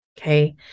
Okay